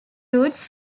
routes